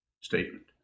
statement